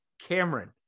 Cameron